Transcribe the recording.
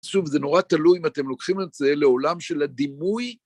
שוב, זה נורא תלוי אם אתם לוקחים את זה לעולם של הדימוי.